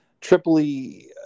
Tripoli